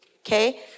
okay